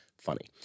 funny